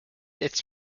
its